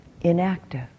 inactive